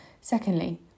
Secondly